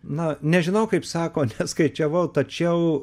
na nežinau kaip sakant perskaičiavau tačiau